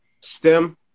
STEM